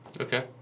okay